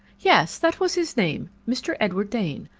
yes, that was his name mr. edward dane.